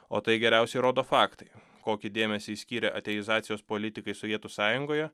o tai geriausiai įrodo faktai kokį dėmesį skyrė ateizacijos politikai sovietų sąjungoje